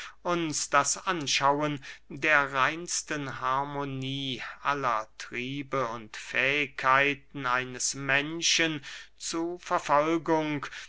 das anschauen der reinsten harmonie aller triebe und fähigkeiten eines menschen zu verfolgung